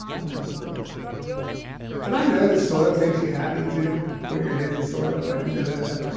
i'm nuts about that and i know the soil makes you happy, too, put your hands in soil. like we know that.